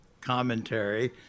commentary